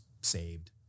saved